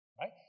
right